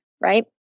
right